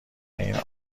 این